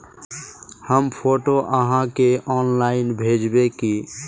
हम फोटो आहाँ के ऑनलाइन भेजबे की?